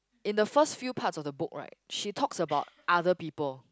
in the first few parts of the book right she talks about other people